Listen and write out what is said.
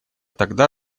тогда